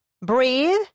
breathe